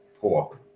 poor